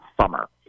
summer